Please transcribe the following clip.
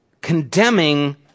condemning